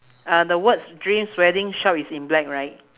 err the words dreams wedding shop is in black right